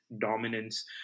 dominance